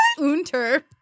Unter